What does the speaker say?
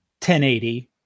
1080